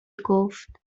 گفت